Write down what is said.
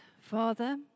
Father